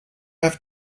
have